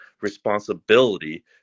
responsibility